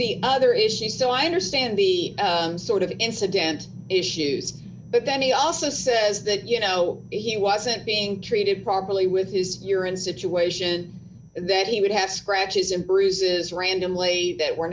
the other issues so i understand the sort of incidental issues but then he also says that you know he wasn't being treated properly with his urine situation and that he would have scratches and bruises randomly that were